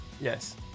Yes